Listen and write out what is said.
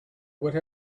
would